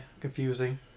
confusing